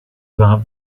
about